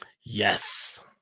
Yes